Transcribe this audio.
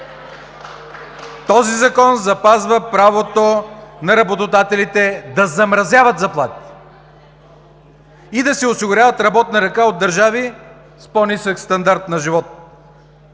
Този закон запазва правото на работодателите да замразяват заплатите и да си осигуряват работна ръка от държави с по-нисък стандарт на живот,